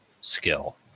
skill